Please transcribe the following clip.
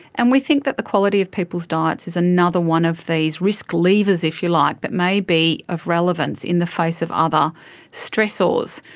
and we think that the quality of people's diets is another one of these risk levers, if you like, that may be of relevance in the face of other stressors.